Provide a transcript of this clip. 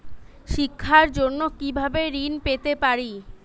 শিক্ষার জন্য কি ভাবে ঋণ পেতে পারি?